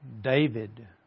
David